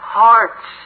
hearts